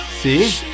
See